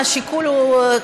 השיקול הוא,